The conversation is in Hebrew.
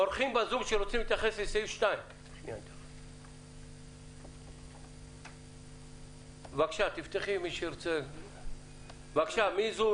אורחים בזום שרוצים להתייחס לסעיף 2. אני